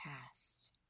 past